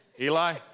Eli